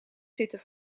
zitten